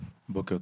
בעניין.